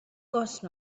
course